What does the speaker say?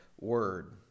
word